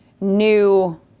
new